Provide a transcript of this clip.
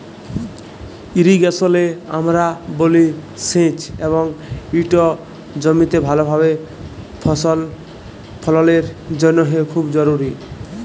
ইরিগেশলে আমরা বলি সেঁচ এবং ইট জমিতে ভালভাবে ফসল ফললের জ্যনহে খুব জরুরি